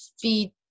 feed